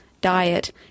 diet